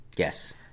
Yes